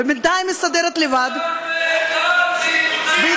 קול ששון וקול שמחה,